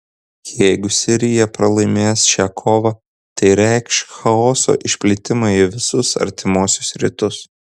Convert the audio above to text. jeigu sirija pralaimės šią kovą tai reikš chaoso išplitimą į visus artimuosius rytus